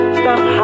stop